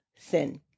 sin